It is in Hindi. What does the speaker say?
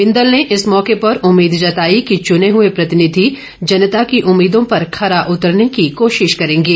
बिंदल ने इस मौके पर उम्मीद जताई कि चुने हुए प्रतिनिधि जनता की उम्मीदों पर खरा उतरने की कोशिश करेंगे